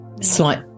slight